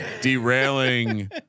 derailing